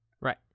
Right